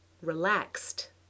Relaxed